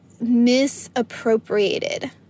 misappropriated